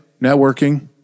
networking